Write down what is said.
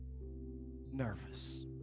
nervous